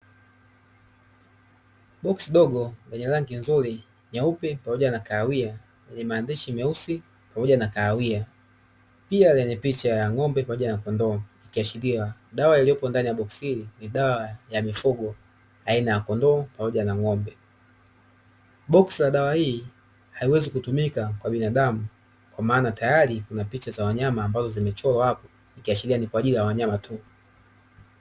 Boksi dogo lenye rangi nzuri nyeupe pamoja na kahawia, lenye maandishi meusi pamoja na kahawia, pia lenye picha ya ng’ombe pamoja na kondoo likiashiria dawa iliyopo ndani yake boksi hili ni dawa ya mifugo aina ya kondoo pamoja na ng’ombe. Boksi la dawa hii haiwezi kutumika kwa binadamu kwa maana tayari kunapicha za wanyama ambazo zimechorwa hapo ikiashiria ni kwaajili ya wanyama tu.